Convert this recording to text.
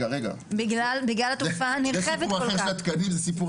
זה סיפור אחר של התקנים.